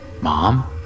Mom